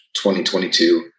2022